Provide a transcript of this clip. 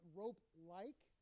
rope-like